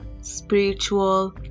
spiritual